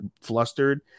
flustered